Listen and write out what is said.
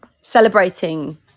celebrating